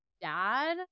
dad